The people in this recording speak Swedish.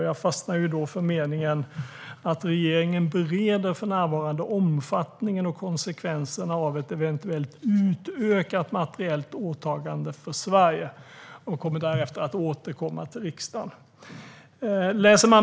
Jag fastnar då för meningen om att regeringen för närvarande bereder omfattningen och konsekvenserna av ett eventuellt utökat materiellt åtagande för Sverige och därefter avser att återkomma till riksdagen. Fru talman!